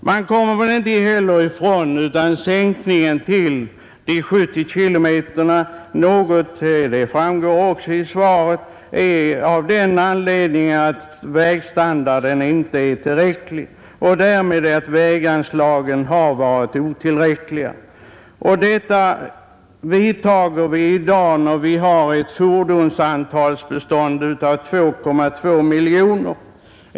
Man kan väl inte heller bortse ifrån att sänkningen till de 70 kilometerna i någon mån — det framgår också av svaret — har sin grund i att vägstandarden inte är tillräcklig och därmed att väganslagen har varit otillräckliga. Denna sänkning vidtar vi i dag när vi har ett fordonsbestånd av 2,2 miljoner.